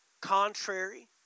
contrary